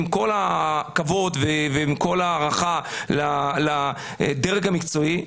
עם כל הכבוד ועם כל ההערכה לדרג המקצועי,